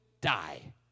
die